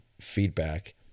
feedback